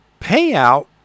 payout